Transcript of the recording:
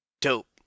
dope